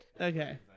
Okay